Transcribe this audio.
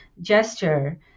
gesture